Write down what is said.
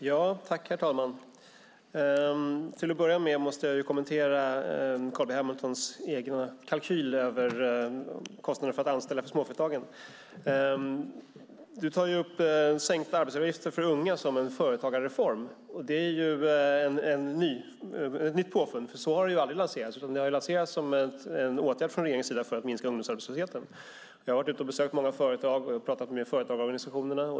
Herr talman! Till att börja med måste jag kommentera Carl B Hamiltons egen kalkyl över kostnaderna för att anställa för småföretagen. Du tar upp sänkta arbetsgivaravgifter för unga som en företagarreform, och det är ett nytt påfund. Så har det nämligen aldrig lanserats, utan det har lanserats som en åtgärd från regeringens sida för att minska ungdomsarbetslösheten. Jag har varit ute och besökt många företag, och jag har pratat med företagarorganisationerna.